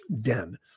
den